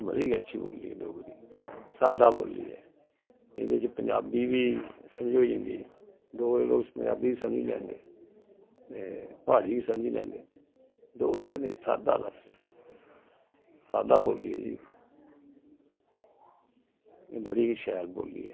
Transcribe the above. बड़ी गै अच्छी बोल्ली ऐ डोगरी साद्दा बोल्ली ऐ एह्दै च पंजाबी बी सझोई जंदी डोगरे लोग पंजाबी बी मसझी लैंदे ते प्हाड़ी बी समझी लैंदे डोगरी च बड़ा साद्दा लफ्ज न साद्दा बोल्ली ऐ जी एह् बड़ी गै शैल बोल्ली ऐ